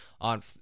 on